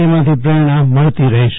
તેમાંથી પ્રેરણા મળતી રહેશે